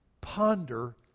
ponder